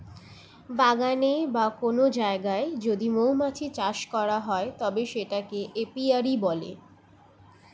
বাগানে বা কোন জায়গায় যদি মৌমাছি চাষ করা হয় তবে সেটাকে এপিয়ারী বলে